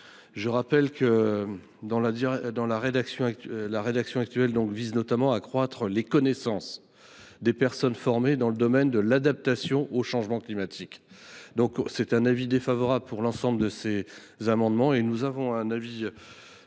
Je rappelle que la rédaction actuelle vise notamment à accroître les connaissances des personnes formées dans le domaine de l’adaptation au changement climatique. La commission émet donc un avis défavorable sur l’ensemble de ces amendements, à l’exception